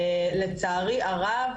לצערי הרב,